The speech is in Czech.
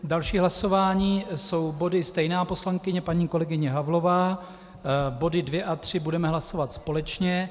Další hlasování, stejná poslankyně, paní kolegyně Havlová, body 2 a 3 budeme hlasovat společně.